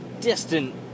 distant